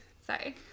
Sorry